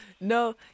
No